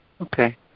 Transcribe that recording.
Okay